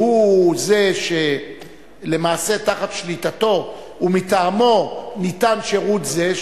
שהוא זה שלמעשה תחת שליטתו ומטעמו ניתן שירות זה,